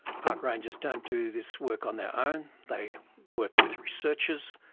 park rangers don't do this work on their own, they work with researchers,